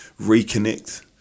reconnect